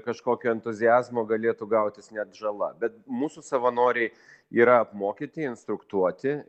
kažkokio entuziazmo galėtų gautis net žala bet mūsų savanoriai yra apmokyti instruktuoti